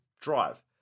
drive